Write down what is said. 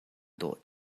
dawh